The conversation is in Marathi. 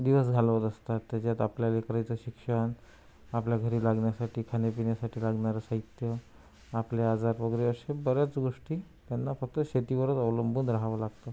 दिवस घालवत असतात त्याच्यात आपल्या लेकरांचं शिक्षण आपल्या घरी लागण्यासाठी खाण्यापिण्यासाठी लागणारं साहित्य आपले आजार वगैरे असे बऱ्याच गोष्टी त्यांना फक्त शेतीवरच अवलंबून राहावं लागतं